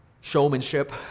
showmanship